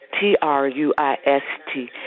T-R-U-I-S-T